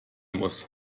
muss